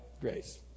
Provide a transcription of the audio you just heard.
grace